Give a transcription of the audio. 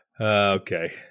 Okay